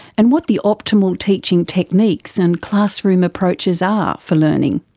and what the optimal teaching techniques and classroom approaches are for learning.